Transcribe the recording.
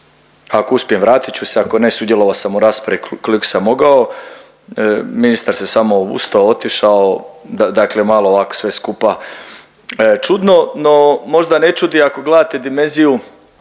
ako uspijem vratit ću se, ako ne sudjelovao sam u raspravi koliko sam mogao. Ministar se samo ustao, otišao dakle malo ovak sve skupa čudno. No možda ne čudi ako gledate dimenziju